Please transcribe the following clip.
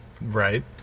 right